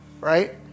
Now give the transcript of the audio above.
right